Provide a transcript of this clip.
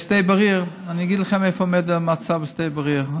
שדה בריר, אני אגיד לכם איפה עומד המצב בשדה בריר.